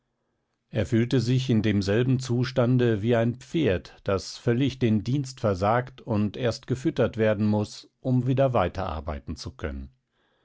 er fühlte sich in demselben zustande wie ein pferd das völlig den dienst versagt und erst gefüttert werden muß um wieder weiterarbeiten zu können